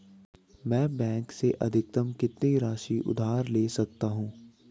मैं बैंक से अधिकतम कितनी राशि उधार ले सकता हूँ?